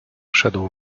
szedł